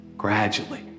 Gradually